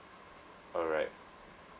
alright